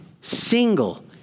single